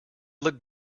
looked